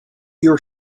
your